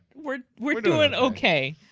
we're we're doing okay.